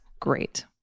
great